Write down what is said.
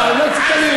אני לא מבין.